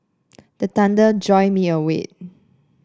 the thunder jolt me awake